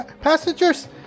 Passengers